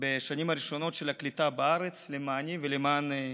בשנים הראשונות של הקליטה בארץ למעני ולמען אחי.